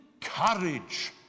courage